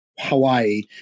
Hawaii